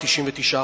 99%,